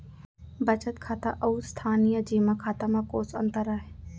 बचत खाता अऊ स्थानीय जेमा खाता में कोस अंतर आय?